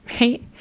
right